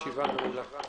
ישיבה זו נעולה.